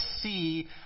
see